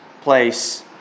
place